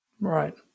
Right